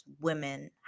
women